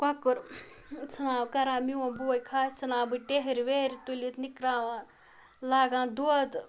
کۄکُر ژھٕناو کَران میون بوے کھش ژھٕناو بہٕ ٹیٚہرِ ویٚہرِ تُلِتھ نِکراوان لاگان دۄد